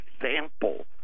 example